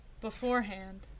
beforehand